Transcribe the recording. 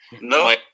no